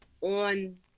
on